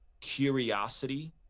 curiosity